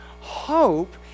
hope